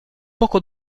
poco